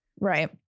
Right